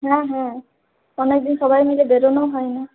হ্যাঁ হ্যাঁ অনেকদিন সবাই মিলে বেরনোও হয়না